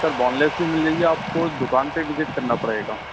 سر boneless بھی مل جائے گی آپ کو دکان پہ وزٹ کرنا پڑے گا